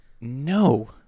no